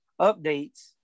updates